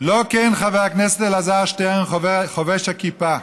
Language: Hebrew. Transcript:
לא כן חבר הכנסת אלעזר שטרן, חובש הכיפה.